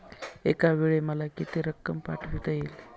एकावेळी मला किती रक्कम पाठविता येईल?